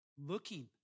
looking